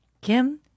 Kim